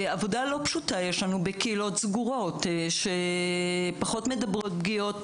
עבודה לא פשוטה יש לנו בקהילות סגורות שפחות מדברות פגיעות,